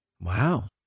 Wow